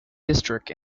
district